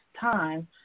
time